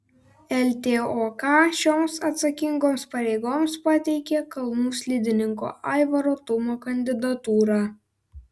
ltok šioms atsakingoms pareigoms pateikė kalnų slidininko aivaro tumo kandidatūrą